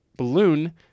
balloon